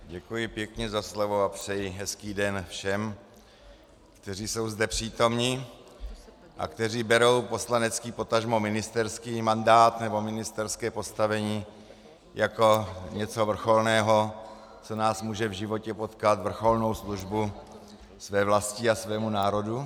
Děkuji pěkně za slovo a přeji hezký den všem, kteří jsou zde přítomni a kteří berou poslanecký, potažmo ministerský mandát nebo ministerské postavení jako něco vrcholného, co nás může v životě potkat, vrcholnou službu své vlasti a svému národu.